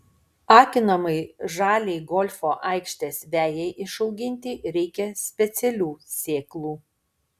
akinamai žaliai golfo aikštės vejai išauginti reikia specialių sėklų